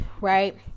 right